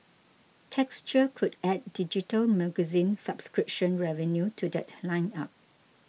texture could add digital magazine subscription revenue to that lineup